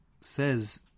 says